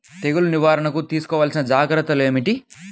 తెగులు నివారణకు తీసుకోవలసిన జాగ్రత్తలు ఏమిటీ?